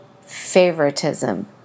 favoritism